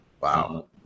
Wow